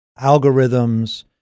algorithms